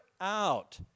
out